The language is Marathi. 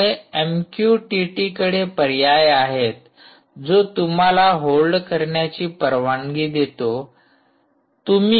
त्यामुळे एमकयुटिटीकडे पर्याय आहेत जो तुम्हाला होल्ड करण्याची परवानगी देतो